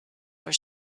were